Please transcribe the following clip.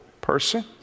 person